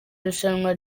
irushanwa